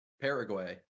Paraguay